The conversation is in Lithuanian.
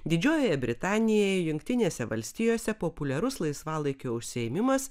didžiojoje britanijoje jungtinėse valstijose populiarus laisvalaikio užsiėmimas